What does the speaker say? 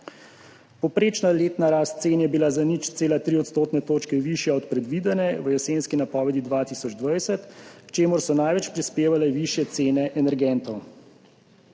Povprečna letna rast cen je bila za 0,3 odstotne točke višja od predvidene v jesenski napovedi 2020, k čemur so največ prispevale višje cene energentov.